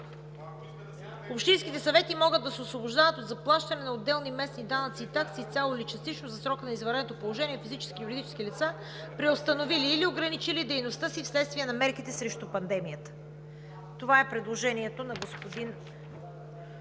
Общинските съвети могат да се освобождават от заплащане на отделни местни данъци и такси изцяло или частично за срока на извънредното положение на физически и юридически лица, преустановили или ограничили дейността си вследствие на мерките срещу пандемията“. Предложението на господин